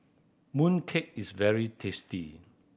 mooncake is very tasty